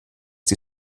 die